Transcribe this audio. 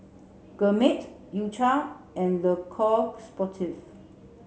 Gourmet U cha and Le Coq Sportif